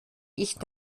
ich